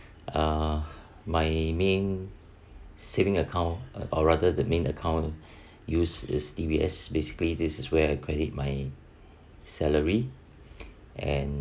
uh my main saving account uh or rather than main account use is D_B_S basically this is where I credit my salary and